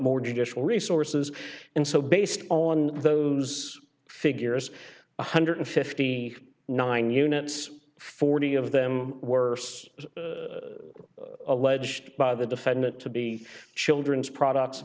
more judicial resources and so based on those d figures one hundred and fifty nine units forty of them worse alleged by the defendant to be children's products